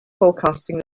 forecasting